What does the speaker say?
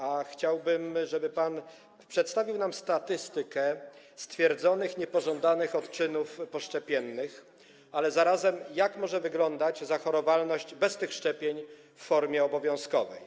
A chciałbym, żeby pan przedstawił nam statystykę dotyczącą stwierdzonych niepożądanych odczynów poszczepiennych, ale zarazem to, jak może wyglądać zachorowalność bez tych szczepień w formie obowiązkowej.